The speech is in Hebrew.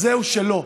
אז זהו, שלא.